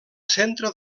centre